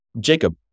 Jacob